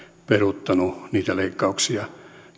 peruuttanut niitä leikkauksia